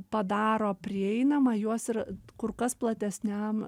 padaro prieinamą juos ir kur kas platesniam